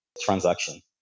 transaction